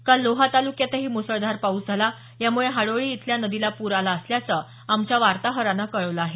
काल लोहा तालुक्यातही मुसळधार पाउस झाला यामुळं हाडोळी इथल्या नदीला पूर आला असल्याचं आमच्या वार्ताहरानं कळवलं आहे